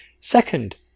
Second